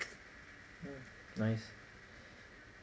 mm nice